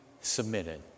submitted